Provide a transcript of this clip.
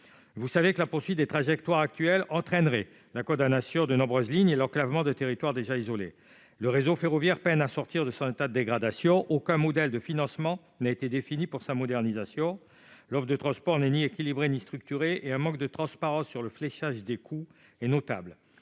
vous savez que la poursuite des trajectoires actuelles entraînerait la condamnation de nombreuses lignes l'enclavement de territoire déjà isolé le réseau ferroviaire peinent à sortir de son état, dégradation, aucun modèle de financement n'a été défini pour sa modernisation loft de transport Lenny équilibrée ni structurée et un manque de transparence sur le fléchage des coups et notable